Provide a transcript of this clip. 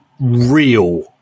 real